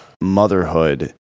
motherhood